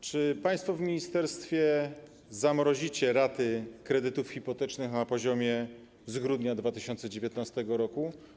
Czy państwo w ministerstwie zamrozicie raty kredytów hipotecznych na poziomie z grudnia 2019 r.